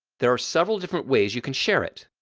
there are several different ways you can share it.